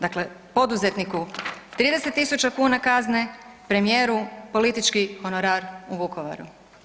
Dakle poduzetniku 30.000 kuna kazne, premijeru politički honorar u Vukovaru.